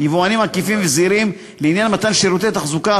יבואנים עקיפים וזעירים לעניין מתן שירותי תחזוקה,